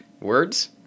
Words